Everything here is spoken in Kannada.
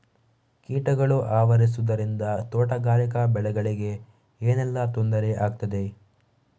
ಕೀಟಗಳು ಆವರಿಸುದರಿಂದ ತೋಟಗಾರಿಕಾ ಬೆಳೆಗಳಿಗೆ ಏನೆಲ್ಲಾ ತೊಂದರೆ ಆಗ್ತದೆ?